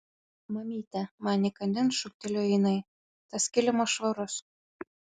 mamyte man įkandin šūktelėjo jinai tas kilimas švarus